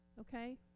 Okay